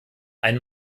ein